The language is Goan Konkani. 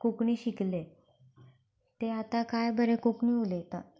कोंकणी शिकले ते आतां काय बरे कोंकणी उलयता